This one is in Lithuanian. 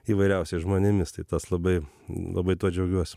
įvairiausiais žmonėmis tai tas labai labai tuo džiaugiuos